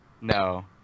No